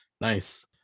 nice